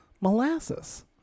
molasses